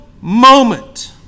moment